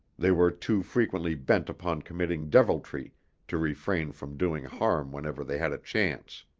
they were too frequently bent upon committing deviltry to refrain from doing harm whenever they had a chance.